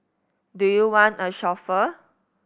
do you want a chauffeur